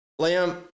Liam